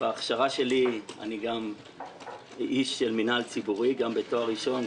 אני איש של מינהל ציבורי גם בתואר ראשון,